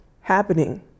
happening